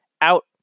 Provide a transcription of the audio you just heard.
out